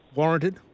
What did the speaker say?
warranted